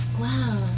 Wow